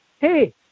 Hey